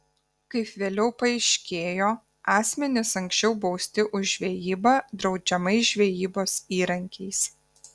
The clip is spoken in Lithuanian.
kaip vėliau paaiškėjo asmenys anksčiau bausti už žvejybą draudžiamais žvejybos įrankiais